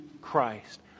Christ